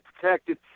protected